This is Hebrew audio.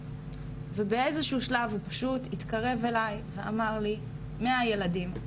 ובאיזשהו שלב הוא פשוט התקרב אלי ואמר לי 100 ילדים,